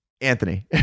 anthony